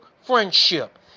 friendship